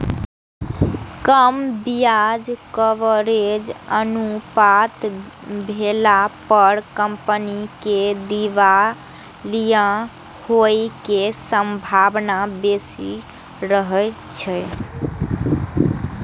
कम ब्याज कवरेज अनुपात भेला पर कंपनी के दिवालिया होइ के संभावना बेसी रहै छै